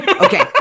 Okay